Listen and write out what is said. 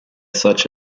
such